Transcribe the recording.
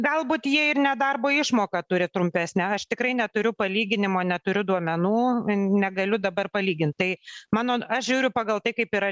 galbūt jie ir nedarbo išmoką turi trumpesnę aš tikrai neturiu palyginimo neturiu duomenų negaliu dabar palygint tai mano aš žiūriu pagal tai kaip yra